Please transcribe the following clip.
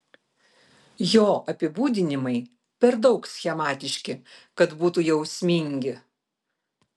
jo apibūdinimai per daug schematiški kad būtų jausmingi